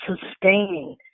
Sustaining